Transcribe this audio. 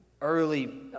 early